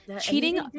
Cheating